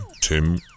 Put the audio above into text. tim